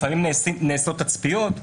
לפעמים נעשות תצפיות,